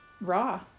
raw